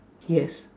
yes